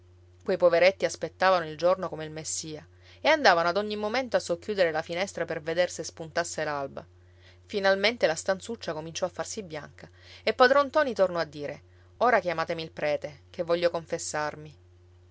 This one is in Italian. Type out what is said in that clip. quei poveretti aspettavano il giorno come il messia e andavano ad ogni momento a socchiudere la finestra per veder se spuntasse l'alba finalmente la stanzuccia cominciò a farsi bianca e padron ntoni tornò a dire ora chiamatemi il prete che voglio confessarmi